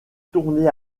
tourné